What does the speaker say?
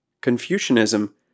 Confucianism